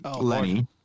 Lenny